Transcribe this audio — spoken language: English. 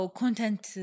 content